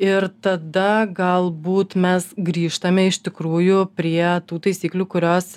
ir tada galbūt mes grįžtame iš tikrųjų prie tų taisyklių kurios